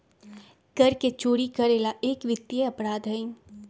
कर के चोरी करे ला एक वित्तीय अपराध हई